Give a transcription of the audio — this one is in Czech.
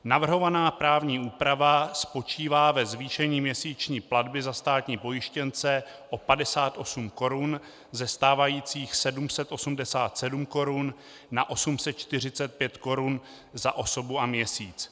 Navrhovaná právní úprava spočívá ve zvýšení měsíční platby za státní pojištěnce o 58 korun ze stávající 787 korun na 845 korun za osobu a měsíc.